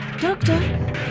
Doctor